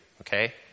Okay